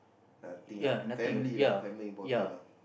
nothing lah family lah family important ah